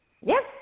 Yes